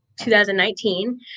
2019